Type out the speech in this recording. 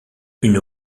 une